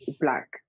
black